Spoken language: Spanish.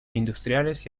industriales